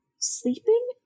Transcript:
sleeping